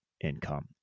income